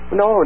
no